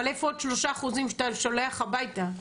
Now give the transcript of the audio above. אבל איפה עוד 3% שאתה שולח הביתה?